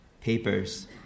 papers